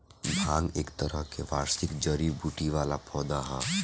भांग एक तरह के वार्षिक जड़ी बूटी वाला पौधा ह